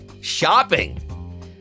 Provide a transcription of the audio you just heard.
shopping